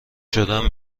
شدم